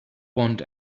want